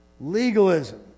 Legalism